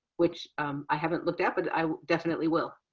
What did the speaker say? which i haven't looked at, but i definitely will.